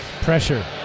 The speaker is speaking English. Pressure